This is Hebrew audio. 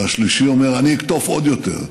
השלישי אומר: אני אקטוף עוד יותר,